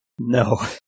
No